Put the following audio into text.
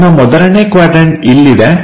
ನಿಮ್ಮ ಮೊದಲನೇ ಕ್ವಾಡ್ರನ್ಟ ಇಲ್ಲಿದೆ